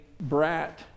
brat